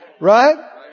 Right